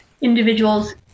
individuals